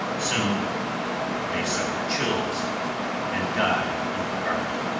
soon they suffer chills and die in the park.